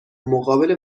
مقابل